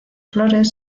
flores